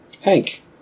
Hank